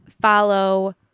follow